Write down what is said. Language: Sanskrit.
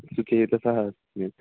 सुचेतसः अस्मि